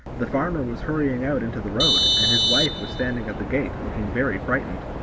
the farmer was hurrying out into the road, and his wife was standing at the gate, looking very frightened.